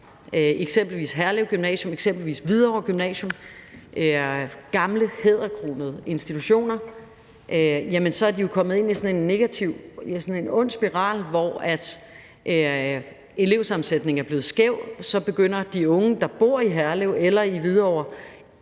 eksempelvis Herlev Gymnasium eller Hvidovre Gymnasium, som er gamle hæderkronede institutioner, så er de kommet ind i sådan en ond spiral, hvor elevsammensætningen er blevet skæv. Så begynder de unge, der bor i Herlev eller i Hvidovre,